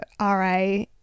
RA